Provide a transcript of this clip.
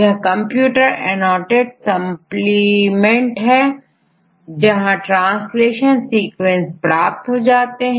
यह computer annotated supplement है जहां ट्रांसलेशन सीक्वेंस प्राप्त हो जाते हैं